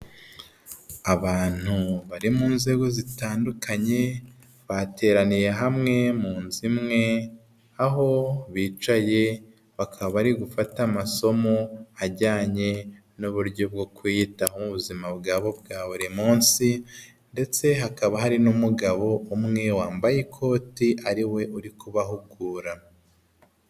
Abantu bari mu nzego zitandukanye bateraniye hamwe mu nzu imwe aho bicaye, bakaba bari gufata amasomo ajyanye n'uburyo bwo kwiyitaho mu buzima bwabo bwa buri munsi ndetse hakaba hari n'umugabo umwe wambaye ikoti ariwe uri kubahugura.